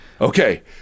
Okay